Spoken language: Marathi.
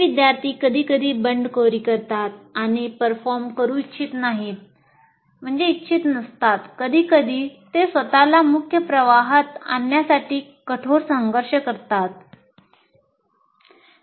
ते विद्यार्थी कधीकधी बंडखोरी करतात आणि परफॉर्म करू इच्छित नसतात कधीकधी ते स्वत ला मुख्य प्रवाहात आणण्यासाठी कठोर संघर्ष करतात